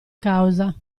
causa